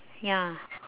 ya